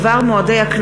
שתדון